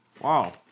Wow